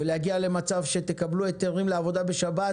ולהגיע למצב שתקבלו היתרים לעבודה בשבת